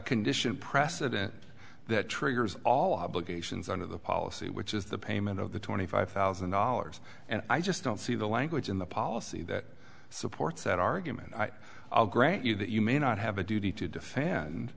condition precedent that triggers all obligations under the policy which is the payment of the twenty five thousand dollars and i just don't see the language in the policy that supports that argument i i'll grant you that you may not have a duty to defend